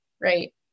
right